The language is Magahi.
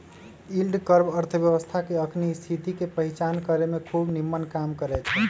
यील्ड कर्व अर्थव्यवस्था के अखनी स्थिति के पहीचान करेमें खूब निम्मन काम करै छै